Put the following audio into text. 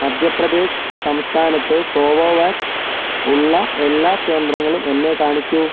മധ്യപ്രദേശ് സംസ്ഥാനത്ത് കോവോവാക്സ് ഉള്ള എല്ലാ കേന്ദ്രങ്ങളും എന്നെ കാണിക്കുക